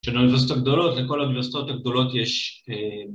‫של האוניברסיטאות הגדולות, ‫לכל האוניברסיטאות הגדולות יש...